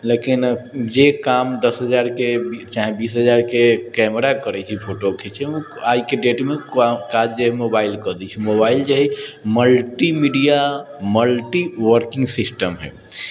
लेकिन जे काम दश हजारके चाहे बीस हजारके कैमरा करै छै फोटो खिञ्चैमे आइके डेटमे काज जे मोबाइल कऽ दै छै मोबाइल जे हइ मल्टिमीडिया मल्टीवर्किंग सिस्टम हइ